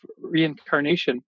reincarnation